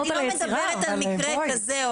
אני לא מדברת על מקרה כזה,